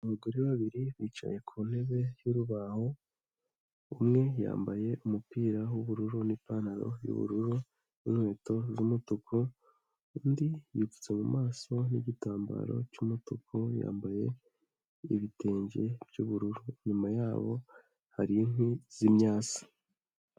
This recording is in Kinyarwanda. Abagore babiri bicaye ku ntebe y'urubaho, umwe yambaye umupira w'ubururu n'ipantaro y'ubururu n'inkweto z'umutuku, undi yipfutse mu maso n'igitambaro cy'umutuku, yambaye ibitenge by'ubururu, inyuma yabo hari inkwi z'imyatse.